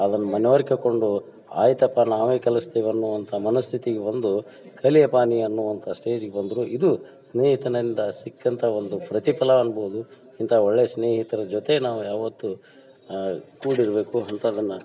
ಅದನ್ನು ಮನವರಿಕೆಕೊಂಡು ಆಯಿತಪ್ಪ ನಾವೇ ಕಲಸ್ತೀವಿ ಅನ್ನುವಂಥ ಮನಸ್ಥಿತಿಗೆ ಬಂದು ಕಲಿಯಪ್ಪ ನೀ ಅನ್ನುವಂಥ ಸ್ಟೇಜಿಗೆ ಬಂದರು ಇದು ಸ್ನೇಹಿತನಿಂದ ಸಿಕ್ಕಂಥ ಒಂದು ಪ್ರತಿಫಲ ಅನ್ಬೋದು ಇಂಥ ಒಳ್ಳೆಯ ಸ್ನೇಹಿತ್ರ ಜೊತೆ ನಾವು ಯಾವತ್ತೂ ಕೂಡಿರಬೇಕು ಅಂತ ನನ್ನ